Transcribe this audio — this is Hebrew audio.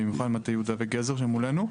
במיוחד מטה יהודה וגזר שמולנו.